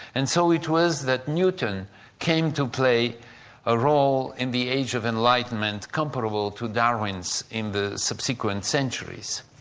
and so it was that newton came to play a role in the age of enlightenment comparable to darwin's in the subsequent centuries.